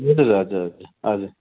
ए हजुर हजुर हजुर